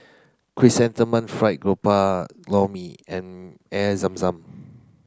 Chrysanthemum Fried Garoupa Lor Mee and Air Zam Zam